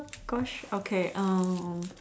Gosh okay